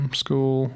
school